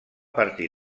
partir